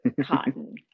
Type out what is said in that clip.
cotton